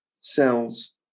cells